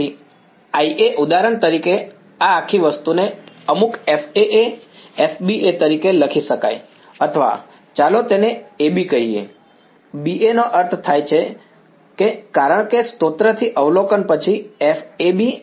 તેથી IA ઉદાહરણ તરીકે આ આખી વસ્તુને અમુક FAA FBA તરીકે લખી શકાય અથવા ચાલો તેને AB કહીએ BA નો અર્થ થાય છે કારણ કે સ્ત્રોત થી અવલોકન પછી FAB FBB